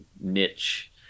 niche